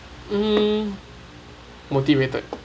mm motivated